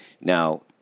Now